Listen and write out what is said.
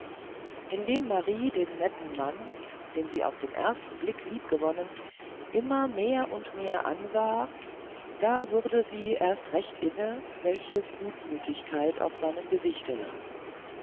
indem marie den netten mann den sie auf den ersten blick liebgewonnen immer mehr und mehr ansah da wurde sie erst recht inne welche gutmütigkeit auf seinem gesichte lag